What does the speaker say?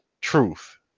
truth